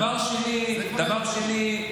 דבר שני,